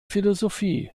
philosophie